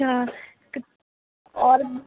अच्छा और